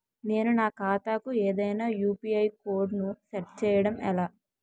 నేను నా ఖాతా కు ఏదైనా యు.పి.ఐ కోడ్ ను సెట్ చేయడం ఎలా?